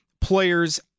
players